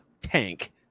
tank